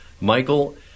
Michael